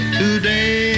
today